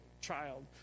child